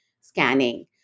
scanning